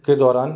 के दौरान